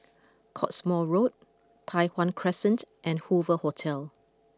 Cottesmore Road Tai Hwan Crescent and Hoover Hotel